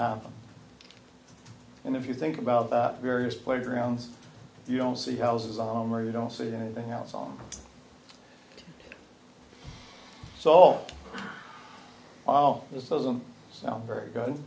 happen and if you think about that various playgrounds you don't see houses on where you don't see anything else on so well this doesn't sound very good